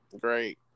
great